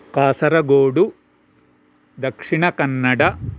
Kasaragod Dakshina Kannada